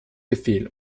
befehl